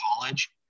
college